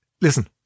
listen